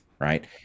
right